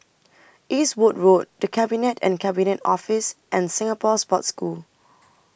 Eastwood Road The Cabinet and Cabinet Office and Singapore Sports School